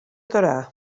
torà